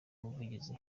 umuvugizi